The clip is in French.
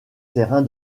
terrain